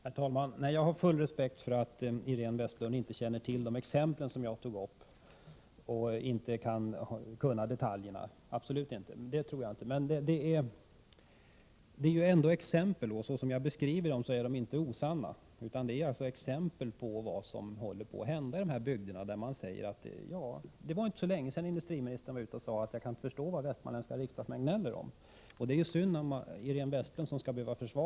Herr talman! Jag har full förståelse för att Iréne Vestlund inte känner till detaljerna i de exempel som jag tog upp. Men de exempel som jag beskriver är inte osanna. Det är exempel på vad som håller på att hända i de här bygderna. Det var inte så länge sedan industriministern sade att han inte kunde förstå vad västmanländska riksdagsmän gnäller om. Det är synd om Iréne Vestlund, som måste försvara honom.